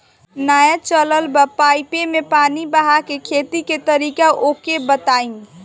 नया चलल बा पाईपे मै पानी बहाके खेती के तरीका ओके बताई?